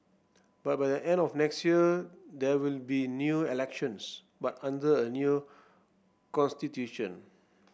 but by the end of next year there will be new elections but under a new constitution